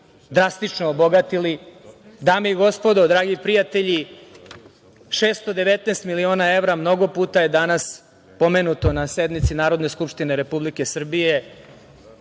drastično obogatili. Dame i gospodo, dragi prijatelji, 619.000.000 evra je, mnogo puta je danas pomenuto na sednici Narodne skupštine Republike Srbije,